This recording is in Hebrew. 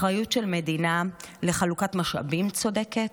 אחריות של מדינה לחלוקת משאבים צודקת,